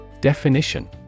Definition